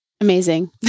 Amazing